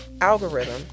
algorithm